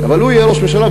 אבל הוא יהיה ראש הממשלה.